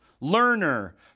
learner